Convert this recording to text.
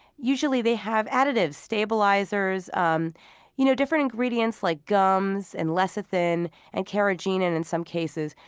usually they have additives, stabilizers, um you know different ingredients like gums, and lecithin and carrageenan, in some cases,